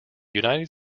united